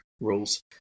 rules